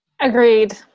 Agreed